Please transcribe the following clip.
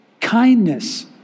kindness